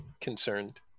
concerned